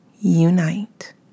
unite